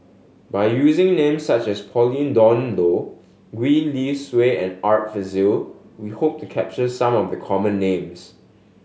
by using names such as Pauline Dawn Loh Gwee Li Sui and Art Fazil we hope to capture some of the common names